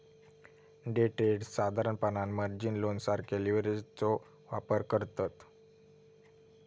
day traders साधारणपणान margin loan सारखा लीव्हरेजचो वापर करतत